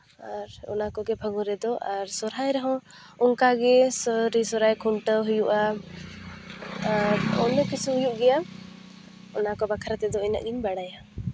ᱟᱨ ᱚᱱᱟ ᱠᱚᱜᱮ ᱯᱷᱟᱹᱜᱩᱱ ᱨᱮᱫᱚ ᱟᱨ ᱥᱚᱨᱦᱟᱭ ᱨᱮᱦᱚᱸ ᱚᱱᱠᱟᱜᱮ ᱥᱟᱹᱨᱤ ᱥᱚᱨᱦᱟᱭ ᱠᱷᱩᱱᱴᱟᱹᱣ ᱦᱩᱭᱩᱜᱼᱟ ᱟᱨ ᱚᱱᱱᱚ ᱠᱤᱪᱷᱩ ᱦᱩᱭᱩᱜ ᱜᱮᱭᱟ ᱚᱱᱟᱠᱚ ᱵᱟᱠᱷᱨᱟ ᱛᱮᱫᱚ ᱤᱱᱟᱹᱜ ᱜᱮᱧ ᱵᱟᱲᱟᱭᱟ